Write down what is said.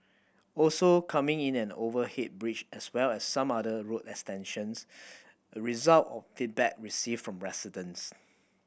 also coming in an overhead bridge as well as some other road extensions a result of feedback received from residents